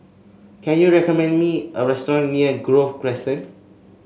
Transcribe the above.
can you recommend me a restaurant near Grove Crescent